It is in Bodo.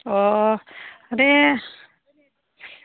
अ दे